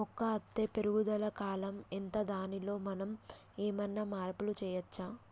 మొక్క అత్తే పెరుగుదల కాలం ఎంత దానిలో మనం ఏమన్నా మార్పు చేయచ్చా?